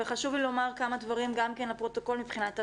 וחשוב לי לומר כמה דברים גם כן לפרוטוקול מבחינת הוועדה,